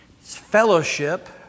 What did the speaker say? Fellowship